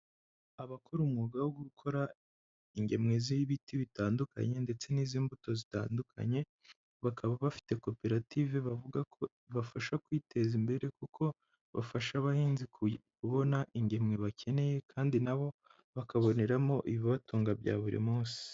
Abakora umwuga wo gukora ingemwe z'ibiti bitandukanye ndetse niz'imbuto zitandukanye, bakaba bafite koperative bavuga ko ibafasha kwiteza imbere kuko bafasha abahinzi kubona ingemwe bakeneye kandi nabo bakaboneramo ibibatunga bya buri munsi.